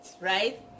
right